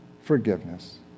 forgiveness